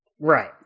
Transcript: Right